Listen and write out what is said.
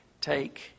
take